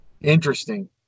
Interesting